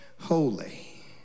holy